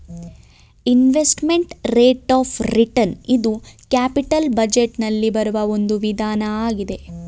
investment rate of return ಇದು capital budget ನಲ್ಲಿ ಬರುವ ಒಂದು ವಿಧಾನ ಆಗಿದೆ